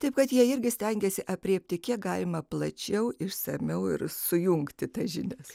taip kad jie irgi stengiasi aprėpti kiek galima plačiau išsamiau ir sujungti tas žinias